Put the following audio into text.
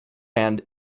hand